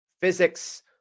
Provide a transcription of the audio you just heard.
physics